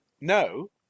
no